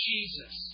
Jesus